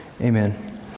Amen